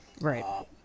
Right